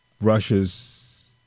Russia's